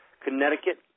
Connecticut